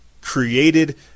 created